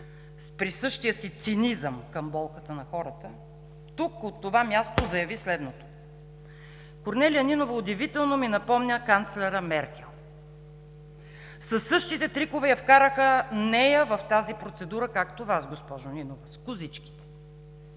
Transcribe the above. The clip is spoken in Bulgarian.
с присъщия си цинизъм към болката на хората тук, от това място, заяви следното: „Корнелия Нинова удивително ми напомня канцлера Меркел. Със същите трикове я вкараха нея в тази процедура, както Вас, госпожо Нинова, с козичките.